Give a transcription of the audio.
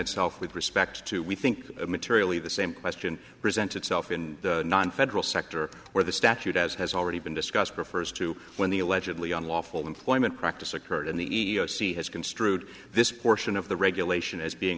itself with respect to we think materially the same question present itself in the nonfederal sector where the statute as has already been discussed refers to when the allegedly unlawful employment practice occurred and the e e o c has construed this portion of the regulation as being